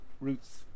roots